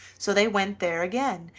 so they went there again,